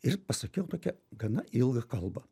ir pasakiau tokią gana ilgą kalbą